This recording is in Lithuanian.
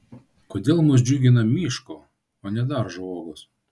kodėl mus džiugina miško o ne daržo uogos